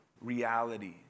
reality